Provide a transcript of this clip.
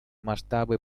масштабы